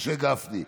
משה גפני.